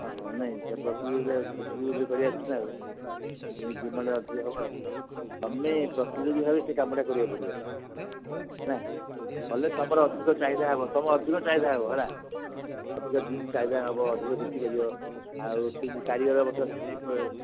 ହଁ ହଁ ନାଇଁ ସେ ପ୍ରତିଯୋଗୀ ପ୍ରତିଯୋଗୀ କରିଆସିଛି ନା ଆଉ ଯେମିତି ଡିମାଣ୍ଡ ଅଧିକ ହବ ଆଉ ତୁମେ ପ୍ରତିଯୋଗୀ ଭାବେ ସେ କାମଟା କରିବାକୁ ପଡ଼ିବ ହେଲା କଲେ ତୁମର ଅଧିକ ଚାହିଦା ହବ ତୁମେ ଅଧିକ ଚାହିଦା ହବ ହେଲା ହଁ ଅଧିକ ଦିନ ଚାହିଦା ହବ ଅଧିକ ବିକିପାରିବ ଆଉ ସେମିତି କାରିଗର କରିପାରିବ ସେମିତି